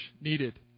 needed